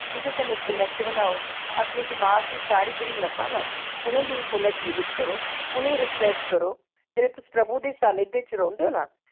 उं'दे कन्नै कनैक्ट बनाओ अपने दमाक दी जेह्ड़ी नसां ना उ'नें गी पुनर्जीवत करो उ'नें ई रीफ्रैश करो जेल्लै तुस प्रभु दे ख्यालें च रौह्न्दे ओ ना